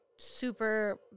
super